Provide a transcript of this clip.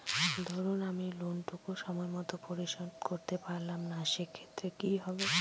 ধরুন আমি লোন টুকু সময় মত পরিশোধ করতে পারলাম না সেক্ষেত্রে কি হবে?